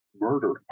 murder